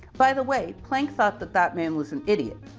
by the way, planck thought that that man was an idiot,